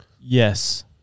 Yes